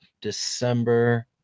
december